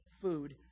food